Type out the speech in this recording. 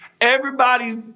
Everybody's